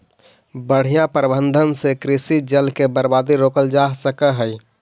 बढ़ियां प्रबंधन से कृषि जल के बर्बादी रोकल जा सकऽ हई